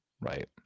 right